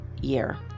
year